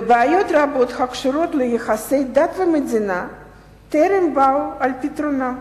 ובעיות רבות הקשורות ליחסי דת ומדינה טרם באו על פתרונן.